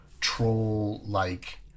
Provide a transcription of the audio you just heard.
troll-like